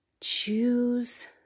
Choose